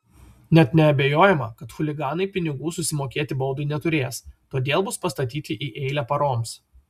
net neabejojama kad chuliganai pinigų susimokėti baudai neturės todėl bus pastatyti į eilę paroms